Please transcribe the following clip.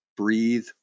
Breathe